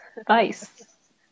advice